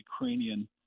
Ukrainian